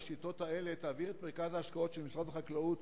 בשיטות האלה תעביר את מרכז ההשקעות של משרד החקלאות